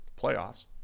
playoffs